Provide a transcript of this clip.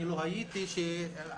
אני לא הייתי שם,